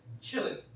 chilling